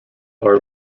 are